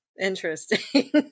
Interesting